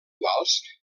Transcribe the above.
quals